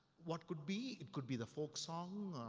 what could be, it could be the folksong,